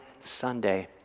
Sunday